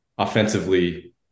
offensively